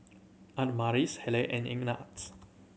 Adamaris Hayleigh and Ignatz